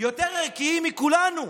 יותר ערכיים מכולנו,